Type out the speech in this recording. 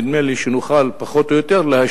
נדמה לי שנוכל פחות או יותר להשלים